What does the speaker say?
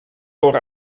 door